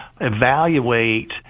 evaluate